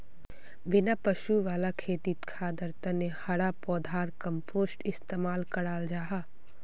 बिना पशु वाला खेतित खादर तने हरा पौधार कम्पोस्ट इस्तेमाल कराल जाहा